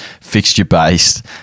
fixture-based